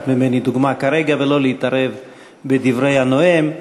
ממני דוגמה כרגע ולא להתערב בדברי הנואם,